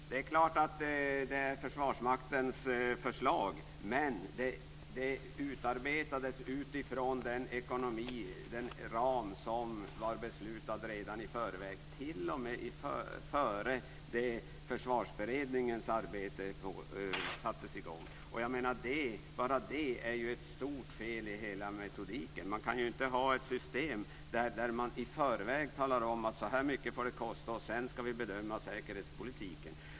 Fru talman! Det är klart att det är Försvarsmaktens förslag men det utarbetades utifrån den ekonomi, den ram, som var beslutad redan i förväg - t.o.m. innan Försvarsberedningens arbete sattes i gång. Bara det är ju ett stort fel i metodiken som helhet. Man kan inte ha ett system där man i förväg talar om hur mycket det får kosta och vi sedan ska bedöma säkerhetspolitiken.